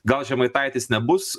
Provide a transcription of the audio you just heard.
gal žemaitaitis nebus